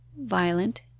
violent